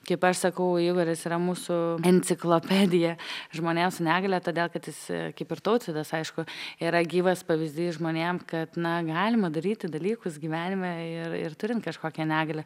kaip aš sakau igoris yra mūsų enciklopedija žmonėms su negalia todėl kad jis kaip ir tautvydas aišku yra gyvas pavyzdys žmonėm kad na galima daryti dalykus gyvenime ir ir turint kažkokią negalią